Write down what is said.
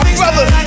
brother